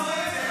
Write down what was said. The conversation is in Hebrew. אופוזיציה.